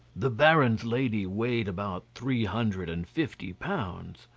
the baron's lady weighed about three hundred and fifty pounds,